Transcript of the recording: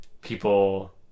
people